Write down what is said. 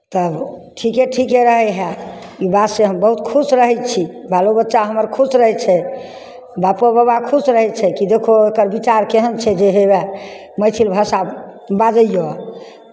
तब ठीके ठीके रहैत हइ ई बातसँ हम बहुत खुश रहै छी बालो बच्चा हमर खुश रहै छै बापो बाबा खुश रहै छै कि देखहो एकर विचार केहन छै जे हे उएह मैथिल भाषा बाजैए